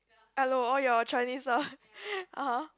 hello all your Chinese ah (aha)